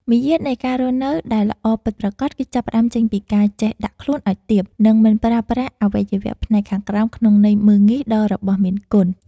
មារយាទនៃការរស់នៅដែលល្អពិតប្រាកដគឺចាប់ផ្តើមចេញពីការចេះដាក់ខ្លួនឱ្យទាប និង មិនប្រើប្រាស់អវយវៈផ្នែកខាងក្រោមក្នុងន័យមើលងាយដល់របស់មានគុណ។